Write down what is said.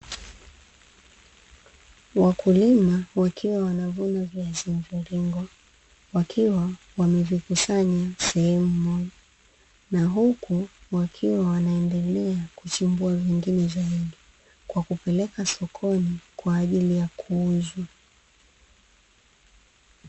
Wakulima wakiwa wanavuna viazi mviringo, wakiwa wamevikusanya sehemu moja na huku wakiwa wanaendelea kuchimbua vingine zaidi kwa kupeleka sokoni kwaajili ya kuuzwa.